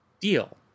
deal